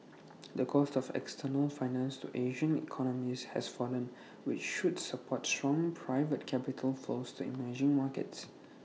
the cost of external finance to Asian economies has fallen which should support strong private capital flows to emerging markets